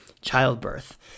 childbirth